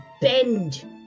bend